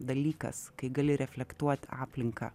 dalykas kai gali reflektuot aplinką